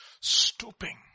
stooping